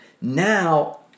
Now